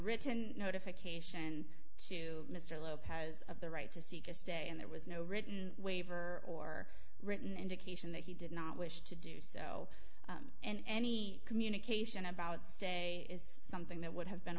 written notification to mr lopez of the right to seek a stay and there was no written waiver or written indication that he did not wish to do so and any communication about stay is something that would have been